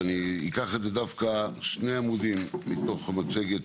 אני אקח את זה דווקא שני עמודים מתוך המצגת